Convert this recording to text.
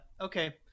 Okay